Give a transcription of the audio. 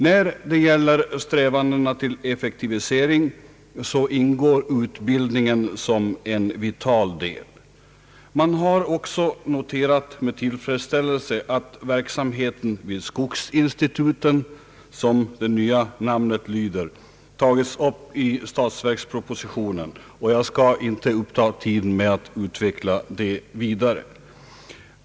När det gäller strävandena till effektivisering ingår utbildningen som en vital del. Man har också med tillfredsställelse noterat att verksamheten vid skogsinstituten, som det nya namnet lyder, tagits upp i statsverkspropositionen, och jag skall inte ta upp tiden med att utveckla det vidare.